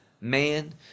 man